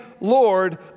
lord